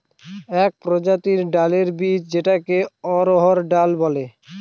এক প্রজাতির ডালের বীজ যেটাকে অড়হর ডাল বলে